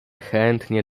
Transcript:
chętnie